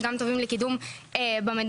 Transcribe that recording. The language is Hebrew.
וגם טובים לקידום במדינה.